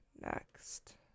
next